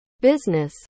Business